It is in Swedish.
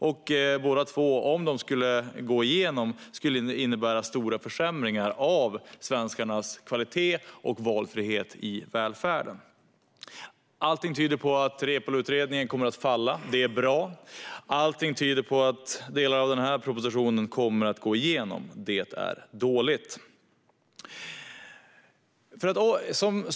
Båda två skulle också om de skulle gå igenom innebära stora försämringar av kvaliteten och valfriheten i välfärden för svenskarna. Allting tyder på att Reepaluutredningen kommer att falla. Det är bra. Allting tyder på att delar av den här propositionen kommer att gå igenom. Det är dåligt.